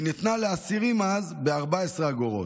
היא נתנה לאסירים אז ב-14 אגורות.